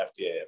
FDA